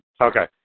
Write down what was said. Okay